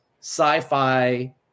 sci-fi